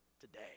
today